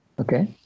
okay